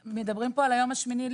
מדברים כאן על היום השמיני.